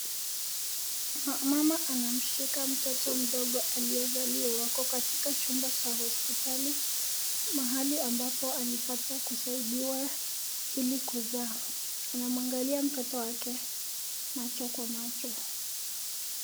Mama anamshika mtoto mdogo aliyezaliwa. Wako katika chumba cha hospitali, mahali ambapo alipata kusaidiwa ili kuzaa. Anamuangalia mtoto wake macho kwa macho.